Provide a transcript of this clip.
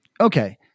Okay